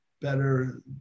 better